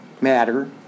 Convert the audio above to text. matter